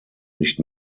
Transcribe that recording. nicht